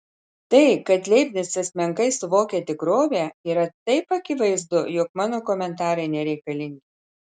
tai kad leibnicas menkai suvokia tikrovę yra taip akivaizdu jog mano komentarai nereikalingi